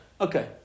Okay